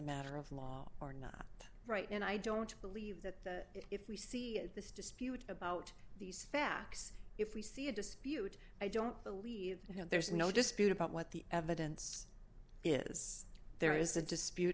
matter of law or not right and i don't believe that if we see this dispute about these facts if we see a dispute i don't believe you know there's no dispute about what the evidence is there is a dispute